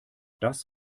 das